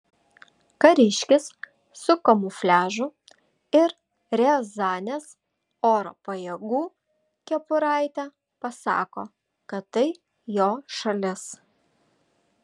kariškis su kamufliažu ir riazanės oro pajėgų kepuraite pasako kad tai jo šalis